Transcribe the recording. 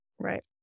Right